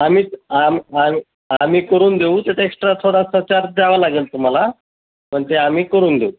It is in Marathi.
आम्ही आम्ही आम्ही आम्ही करून देऊ त्याचा एक्स्ट्रा थोडासा चार्ज द्यावं लागेल तुम्हाला पण ते आम्ही करून देऊ